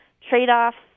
trade-offs